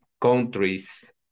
countries